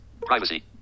Privacy